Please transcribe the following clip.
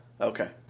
Okay